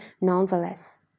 nonetheless